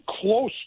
close